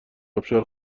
ابشار